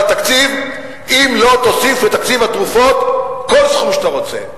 התקציב אם לא תוסיף לתקציב התרופות כל סכום שאתה רוצה.